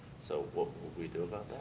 so what would we do about